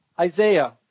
Isaiah